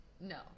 No